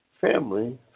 Family